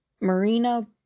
Marina